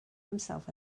himself